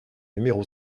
numéro